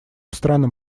странам